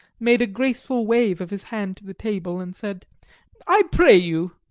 made a graceful wave of his hand to the table, and said i pray you,